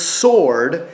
sword